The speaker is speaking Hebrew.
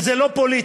וזה לא פוליטי,